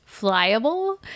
flyable